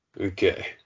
Okay